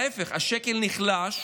להפך, השקל נחלש,